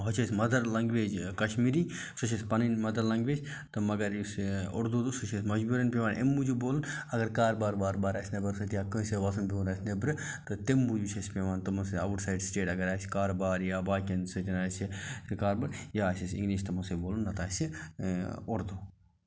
ہۄ چھِ اَسہِ مَدَر لنٛگویج کَشمیٖری سۄ چھِ اَسہِ پَنٕنۍ مَدَر لنٛگویج تہٕ مَگر یُس یہِ اردو دو سُہ چھِ اَسہِ مجبوٗرٮ۪ن پٮ۪وان اَمہِ موٗجوٗب بولُن اگر کاربار واربار آسہِ نٮ۪بَر سۭتۍ یا کٲنٛسہِ سۭتۍ وۄتھُن بیٚہُن آسہِ نیٚبرٕ تہٕ تَمہِ موٗجوٗب چھِ اَسہِ پٮ۪وان تِمَن سۭتۍ آوُٹ سایِڈ سٹیٹ اَگر آسہِ کاربار یا باقیَن سۭتۍ آسہِ کاربار یا آسہِ اَسہِ اِنٛگلِش تِمَن سۭتۍ بولُن نَتہٕ آسہِ اُردو